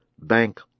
bank